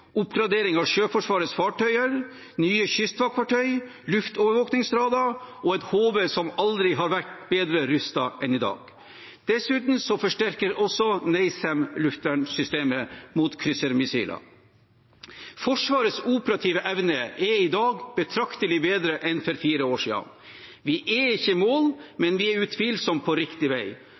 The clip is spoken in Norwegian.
oppgradering av Sjøforsvarets fartøyer, nye kystvaktfartøy, luftovervåkingsradar og et HV som aldri har vært bedre rustet enn i dag. Dessuten forsterkes også luftvernsystemet NASAMS mot kryssermissiler. Forsvarets operative evne er i dag betraktelig bedre enn for fire år siden. Vi er ikke i mål, men vi er utvilsomt på riktig vei.